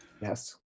yes